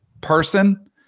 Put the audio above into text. person